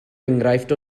enghraifft